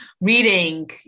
reading